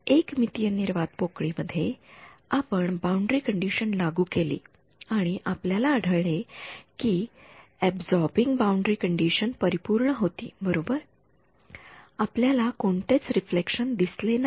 एक मितीय निर्वात पोकळी मध्ये आपण बाउंडरी कंडिशन लागू केली आणि आपल्याला आढळले कि बाउंडरी कंडिशन परिपूर्ण होती बरोबर त्यांनी आपल्याला कोणतेच रिफ्लेक्शन दिले नाही